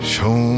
Show